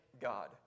God